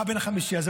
מה הבן החמישי הזה?